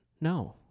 no